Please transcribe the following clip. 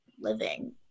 living